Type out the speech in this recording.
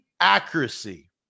accuracy